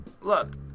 look